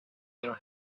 your